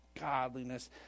godliness